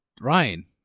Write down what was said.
Ryan